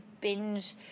binge